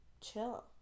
chill